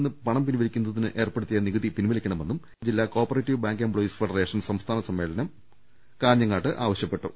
നിന്ന് പണം പിൻവലിക്കുന്നതിന് ഏർപ്പെടുത്തിയ നികുതി പിൻവലിക്കണ മെന്നും ജില്ലാ cooperative bank employees federation സംസ്ഥാന സമ്മേളനം കാഞ്ഞങ്ങാട്ട് ആവശ്യപ്പെട്ടു